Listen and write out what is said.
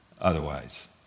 otherwise